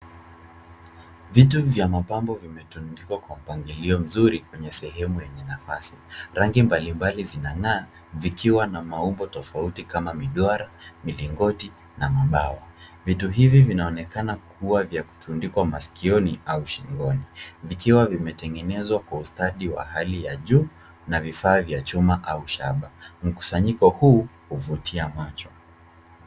Vitu vya mapambo vimetundikwa kwa mpangilio mzuri kwenye sehemu yenye nafasi. Rangi mbalimbali zinang'aa vikiwa na maumbo tofauti kama miduara, milingoti na mambao. Vitu hivi vinaonekana kuwa vya kutundikwa maskioni au shingoni. Vikiwa vimetengenezwa kwa ustadi na hali ya juu na vifaa vya chuma au shaba. Mkusanyiko huu huvutia macho.